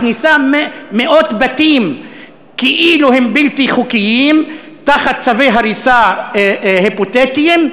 מכניסה מאות בתים כאילו הם בלתי חוקיים תחת צווי הריסה היפותטיים.